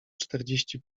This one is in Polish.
czterdzieści